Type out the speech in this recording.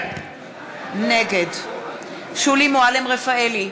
נגד שולי מועלם-רפאלי,